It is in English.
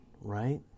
right